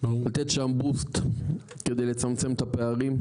לתת שם בוסט כדי לצמצם את הפערים,